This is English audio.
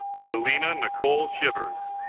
selina nicole shivers